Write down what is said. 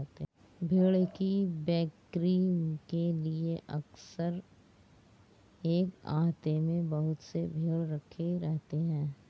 भेंड़ की बिक्री के लिए अक्सर एक आहते में बहुत से भेंड़ रखे रहते हैं